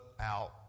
out